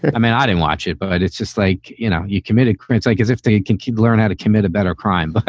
i mean, i didn't watch it, but it's just like, you know, you commit a crime. it's like as if they can can learn how to commit a better crime. but